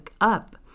up